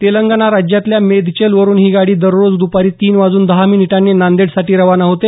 तेलंगणा राज्यातल्या मेदचल वरून ही गाडी दररोज द्रपारी तीन वाजून दहा मिनिटांनी नांदेडसाठी रवाना होते